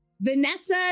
Vanessa